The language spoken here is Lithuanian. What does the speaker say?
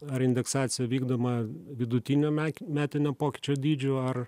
ar indeksacija vykdoma vidutinio metinio pokyčio dydžiu ar